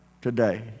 today